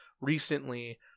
recently